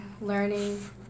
learning